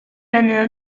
venne